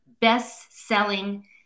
best-selling